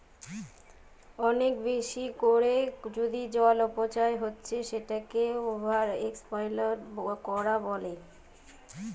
অনেক বেশি কোরে যদি জলের অপচয় হচ্ছে সেটাকে ওভার এক্সপ্লইট কোরা বলে